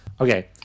Okay